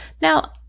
Now